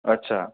અચ્છા